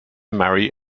marry